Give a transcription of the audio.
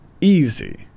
easy